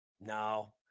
No